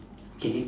K